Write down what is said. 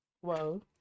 Whoa